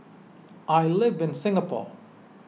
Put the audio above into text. I live in Singapore